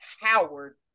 Howard